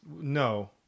No